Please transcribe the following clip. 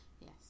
Yes